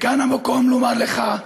כאן המקום לומר לך,